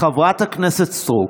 חברת הכנסת סטרוק,